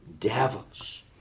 devils